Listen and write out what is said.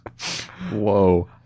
Whoa